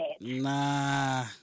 Nah